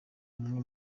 amwe